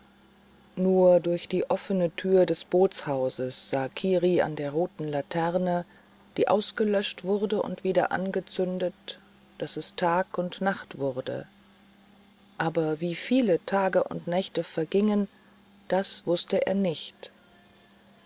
nur durch die offene tür des bootshauses sah kiri an der roten laterne die ausgelöscht wurde und wieder angezündet daß es tag und nacht wurde aber wie viele tage und nächte vergingen das wußte er nicht